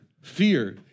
fear